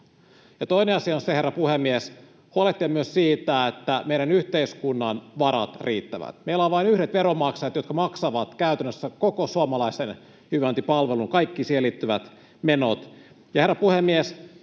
toinen asia on se, herra puhemies, että huolehditaan myös siitä, että meidän yhteiskunnan varat riittävät. Meillä on vain yhdet veronmaksajat, jotka maksavat käytännössä koko suomalaisen hyvinvointipalvelun, kaikki siihen liittyvät menot. Herra puhemies!